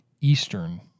Eastern